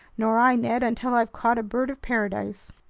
nor i, ned, until i've caught a bird of paradise.